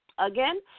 Again